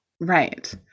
Right